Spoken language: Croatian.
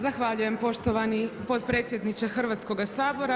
Zahvaljujem poštovani potpredsjedniče Hrvatskog sabora.